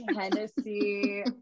Hennessy